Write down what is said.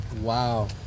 Wow